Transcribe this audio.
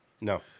no